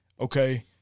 Okay